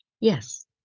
Yes